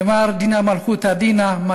נאמר "דינא דמלכותא דינא".